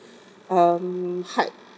um heart